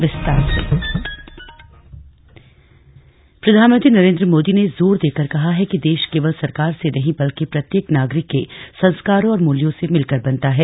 वाराणसी दौरा मोदी प्रधानमंत्री नरेन्द्र मोदी ने जोर देकर कहा है कि देश केवल सरकार से नहीं बल्कि प्रत्येक नागरिक के संस्कारों और मूल्यों से मिलकर बनता है